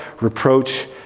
reproach